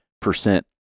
percent